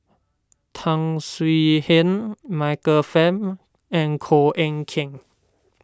Tan Swie Hian Michael Fam and Koh Eng Kian